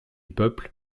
peuple